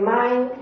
mind